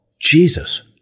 Jesus